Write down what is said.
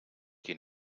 qui